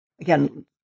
again